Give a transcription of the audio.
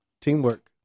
teamwork